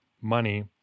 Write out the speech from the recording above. money